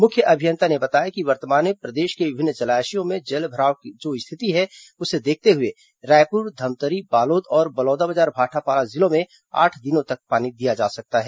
मुख्य अभियंता ने बताया कि वर्तमान में प्रदेश के विभिन्न जलाशयों में जलभराव की जो स्थिति है उसे देखते हुए रायपुर धमतरी बालोद और बलौदाबाजार भाटापारा जिलों में आठ दिनों तक पानी दिया जा सकता है